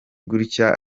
gutya